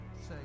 say